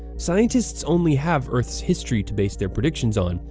scientists only have earth's history to base their predictions on,